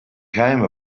came